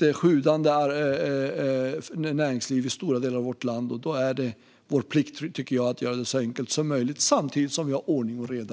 ett sjudande näringsliv i stora delar av vårt land. Då är det vår plikt att göra det så enkelt som möjligt, samtidigt som det är ordning och reda.